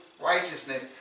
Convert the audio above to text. righteousness